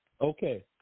Okay